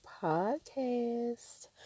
Podcast